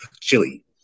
chili